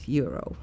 euro